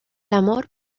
amor